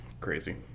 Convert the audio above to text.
crazy